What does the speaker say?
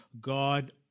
God